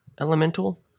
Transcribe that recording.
elemental